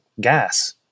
gas